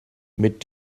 mit